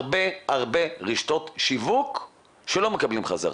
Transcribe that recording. יש הרבה רשתות שיווק שלא מקבלות בחזרה.